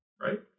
Right